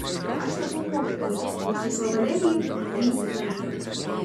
aš tapau mokytoja o sesuo valerija gydytoja